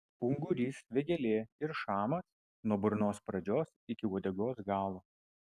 ungurys vėgėlė ir šamas nuo burnos pradžios iki uodegos galo